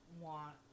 want